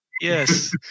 yes